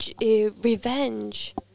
Revenge